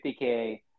50K